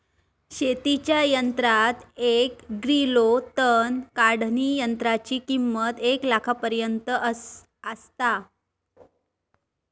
शेतीच्या यंत्रात एक ग्रिलो तण काढणीयंत्राची किंमत एक लाखापर्यंत आसता